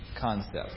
concept